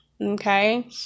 Okay